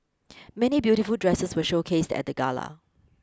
many beautiful dresses were showcased at the gala